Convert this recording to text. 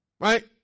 right